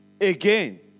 again